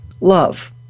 love